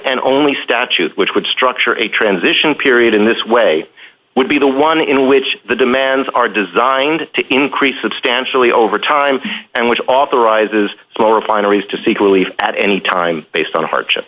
and only statute which would structure a transition period in this way would be the one in which the demands are designed to increase substantially over time and which authorizes small refineries to seek relief at any time based on hardship